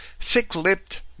thick-lipped